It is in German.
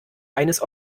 eines